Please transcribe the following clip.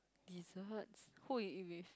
desserts who you eat with